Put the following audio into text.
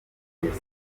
agenda